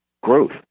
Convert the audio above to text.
growth